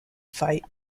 fight